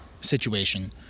situation